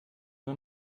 nur